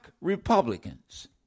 Republicans